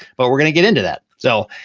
but we're gonna get into that. so,